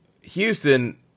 Houston